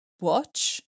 watch